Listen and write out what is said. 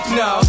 no